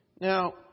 Now